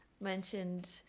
mentioned